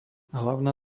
hlavná